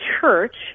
Church